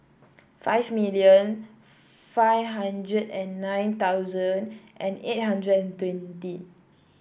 five million five hundred and nine thousand and eight hundred and twenty